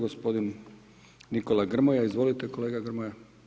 Gospodin Nikola Grmoja, izvolite kolega Grmoja.